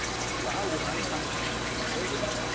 it's allowed in einstein's equations,